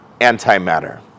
antimatter